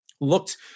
looked